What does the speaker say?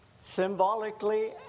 symbolically